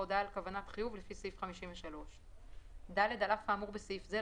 בהודעה על כוונת חיוב לפי סעיף 53. (ד) על אף האמור בסעיף זה,